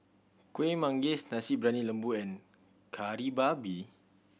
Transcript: Kueh Manggis Nasi Briyani Lembu and Kari Babi